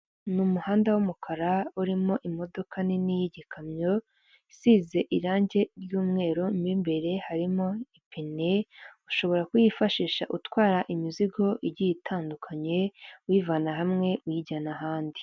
Ni umuhanda w'umukara urimo imodoka nini y'ikamyo isize irangi ry'umweru, mo imbere harimo ipine ushobora kuyifashisha utwara imizigo igiye itandukanye uyivana hamwe uyijyana ahandi.